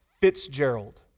Fitzgerald